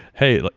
hey, like